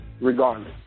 regardless